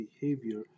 behavior